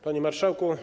Panie Marszałku!